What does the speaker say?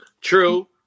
True